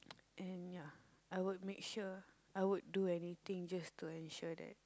and ya I would make sure I would do anything just to ensure that